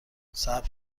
صبر